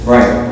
Right